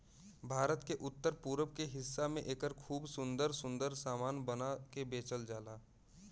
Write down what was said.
भारत के उत्तर पूरब के हिस्सा में एकर खूब सुंदर सुंदर सामान बना के बेचल जाला